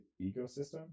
ecosystem